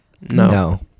No